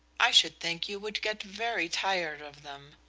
i should think you would get very tired of them,